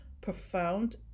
profound